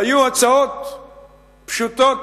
והיו הצעות פשוטות,